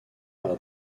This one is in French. par